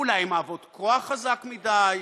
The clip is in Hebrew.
אולי הן מחזיקות כוח חזק מדי,